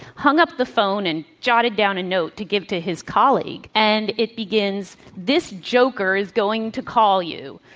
hung up the phone and jotted down a note to give to his colleague, and it begins this joker is going to call you.